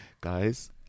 guys